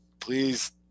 please